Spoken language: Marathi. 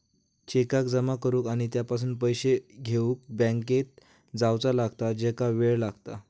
चेकाक जमा करुक आणि त्यापासून पैशे घेउक बँकेत जावचा लागता ज्याका वेळ लागता